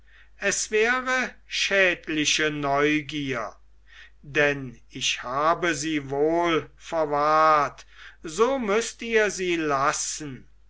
es wäre schädliche neugier denn ich habe sie wohl verwahrt so müßt ihr sie lassen